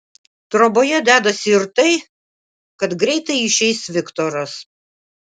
troboje dedasi ir tai kad greitai išeis viktoras